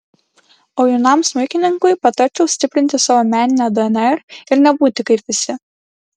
o jaunam smuikininkui patarčiau stiprinti savo meninę dnr ir nebūti kaip visi